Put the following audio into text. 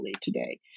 today